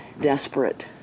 desperate